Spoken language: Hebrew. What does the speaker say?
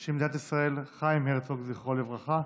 של מדינת ישראל חיים הרצוג, זכרו לברכה.